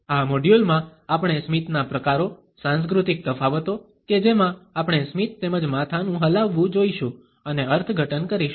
આ મોડ્યુલ માં આપણે સ્મિતના પ્રકારો સાંસ્કૃતિક તફાવતો કે જેમાં આપણે સ્મિત તેમજ માથાનું હલાવવું જોઇશું અને અર્થઘટન કરીશું